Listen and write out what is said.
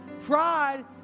pride